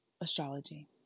astrology